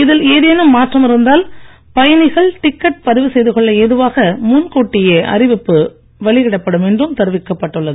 இதில் ஏதேனும் மாற்றம் இருந்தால் பயனிகள் டிக்கெட் பதிவு செய்துகொள்ள ஏதுவாக முன்கூட்டியே அறிவிப்பு வெளியிடப் படும் என்றும் தெரிவிக்கப் பட்டுள்ளது